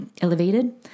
elevated